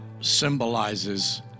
symbolizes